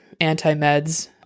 anti-meds